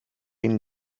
ihnen